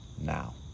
now